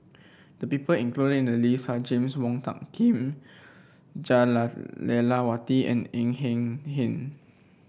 the people included in the list are James Wong Tuck Kim Jah Lelawati and Ng Eng Hen